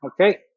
Okay